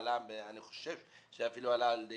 אני חושב שהדבר הזה אפילו עלה על ידי